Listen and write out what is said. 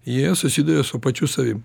jie susiduria su pačiu savim